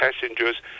passengers